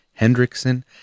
Hendrickson